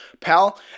pal